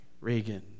reagan